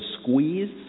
squeeze